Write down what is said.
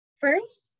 First